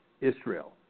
Israel